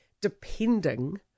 depending